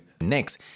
next